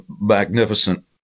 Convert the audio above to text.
magnificent